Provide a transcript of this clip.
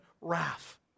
wrath